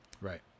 Right